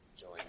join